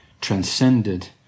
transcended